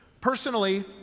Personally